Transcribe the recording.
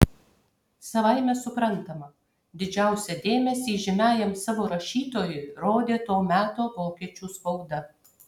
savaime suprantama didžiausią dėmesį įžymiajam savo rašytojui rodė to meto vokiečių spauda